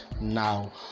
now